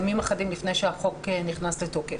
ימים אחדים לפני שהחוק נכנס לתוקף,